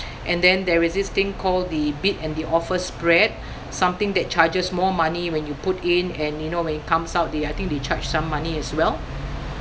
and then there is this thing called the bid and the offer spread something that charges more money when you put in and you know when it comes out they I think they charge some money as well